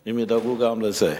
אם ידאגו גם לזה.